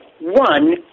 one